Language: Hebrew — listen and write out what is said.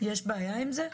יש בעיה עם זה?